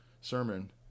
sermon